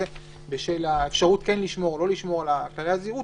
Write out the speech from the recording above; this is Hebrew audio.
בשל האפשרות לשמור או לא לשמור על כללי הזהירות,